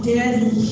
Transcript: Daddy